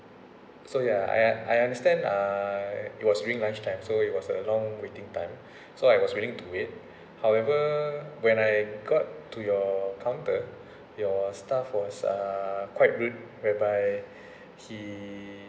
so ya I I understand uh it was during lunch time so it was a long waiting time so I was willing to wait however when I got to your counter your staff was uh quite rude whereby he